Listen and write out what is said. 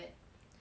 err